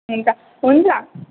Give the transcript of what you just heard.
हुन्छ हुन्छ